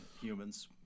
humans